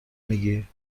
میگی